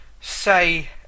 say